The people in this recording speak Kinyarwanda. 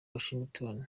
washington